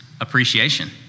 appreciation